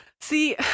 See